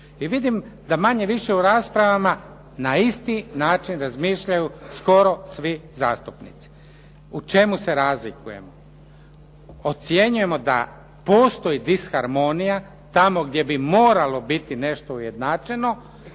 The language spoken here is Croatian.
I vidim da manje-više u raspravama na isti način razmišljaju skoro svi zastupnici. U čemu se razlikujemo? Ocjenjujemo da postoji disharmonija tamo gdje bi moralo biti nešto ujednačeno